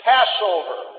Passover